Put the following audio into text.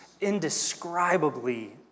indescribably